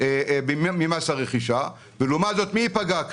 ממס הרכישה, ומי ייפגע?